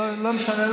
לא משנה.